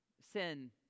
sin